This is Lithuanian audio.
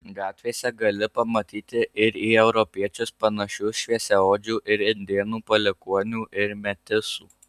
gatvėse gali pamatyti ir į europiečius panašių šviesiaodžių ir indėnų palikuonių ir metisų